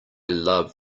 love